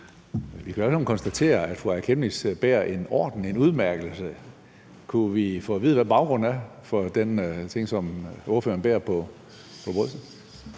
i hvert fald konstatere, at fru Aaja Chemnitz bærer en orden, en udmærkelse. Kunne vi få at vide, hvad baggrunden er for den ting, som ordføreren bærer på brystet?